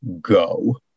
go